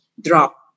drop